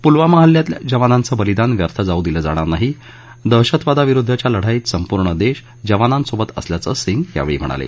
पुलवामा हल्ल्यातल्या जवानांचं बलिदान व्यर्थ जाऊ दिलं जाणार नाही दहशतवादाविरुद्वच्या लढाईत संपूर्ण देश जवानांसोबत असल्याचं सिंग यावेळी म्हणाले